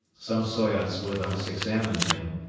some soyots with us examined him,